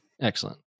Excellent